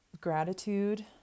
gratitude